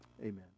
amen